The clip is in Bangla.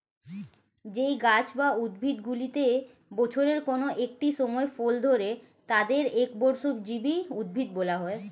যেই গাছ বা উদ্ভিদগুলিতে বছরের কোন একটি সময় ফল ধরে তাদের একবর্ষজীবী উদ্ভিদ বলা হয়